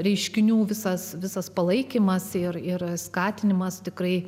reiškinių visas visas palaikymas ir yra skatinimas tikrai